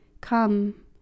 Come